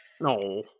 No